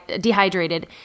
dehydrated